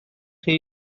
chi